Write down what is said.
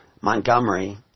Montgomery